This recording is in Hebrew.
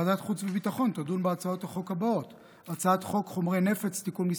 ועדת חוץ וביטחון תדון בהצעת חוק חומרי נפץ (תיקון מס'